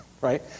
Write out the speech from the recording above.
right